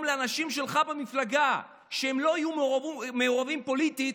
לכך שאנשים שלך במפלגה לא יהיו מעורבים פוליטית,